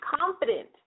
confident